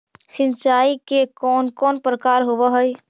सिंचाई के कौन कौन प्रकार होव हइ?